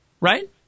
right